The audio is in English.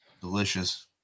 Delicious